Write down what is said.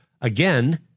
again